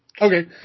Okay